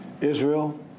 Israel